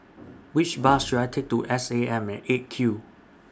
Which Bus should I Take to S A M At eight Q